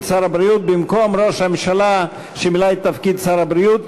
שר הבריאות במקום ראש הממשלה שמילא את תפקיד שר הבריאות,